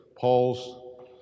Paul's